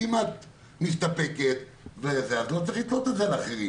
אם את מסתפקת אז לא צריך לתלות את זה על אחרים.